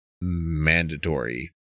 mandatory